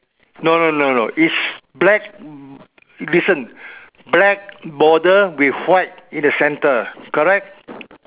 no no no no is black listen black border with white in the center correct